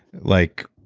like,